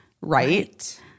Right